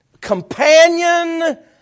Companion